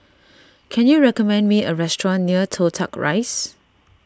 can you recommend me a restaurant near Toh Tuck Rise